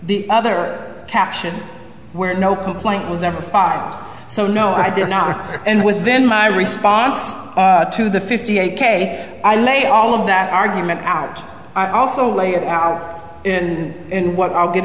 the other caption where no complaint was ever bought so no i did not and within my response to the fifty eight k i lay all of that argument out i also lay it out and in what i'll get